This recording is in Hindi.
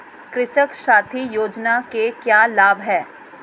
कृषक साथी योजना के क्या लाभ हैं?